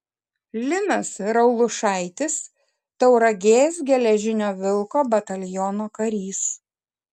linas raulušaitis tauragės geležinio vilko bataliono karys